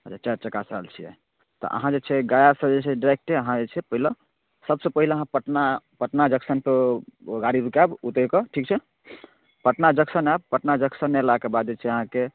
अच्छा चारि चक्कासँ आयल छियै तऽ अहाँ जे छै गयासँ जे छै डाइरेक्टे अहाँ जे छै पहिले सभसँ पहिले अहाँ पटना पटना जंक्शनपर गाड़ी रुकायब उतरि कऽ ठीक छै पटना जंक्शन आयब पटना जंक्शन एलाके बाद जे छै अहाँके